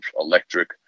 electric